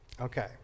Okay